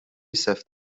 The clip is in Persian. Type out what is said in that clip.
سفت